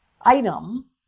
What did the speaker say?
item